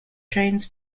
trains